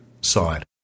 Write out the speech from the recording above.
side